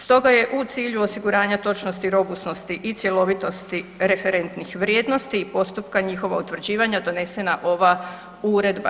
Stoga je u cilju osiguranja točnosti, robusnosti i cjelovitosti referentnih vrijednosti i postupka njihova utvrđivanja donesena ova uredba.